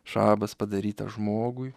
šabas padarytas žmogui